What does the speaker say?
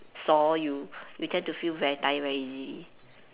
sore you you tend to feel very tired very easy